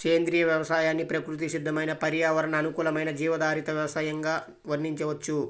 సేంద్రియ వ్యవసాయాన్ని ప్రకృతి సిద్దమైన పర్యావరణ అనుకూలమైన జీవాధారిత వ్యవసయంగా వర్ణించవచ్చు